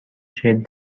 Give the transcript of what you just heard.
چهل